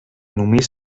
només